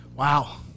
Wow